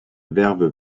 verve